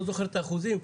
לא זוכר את האחוזים.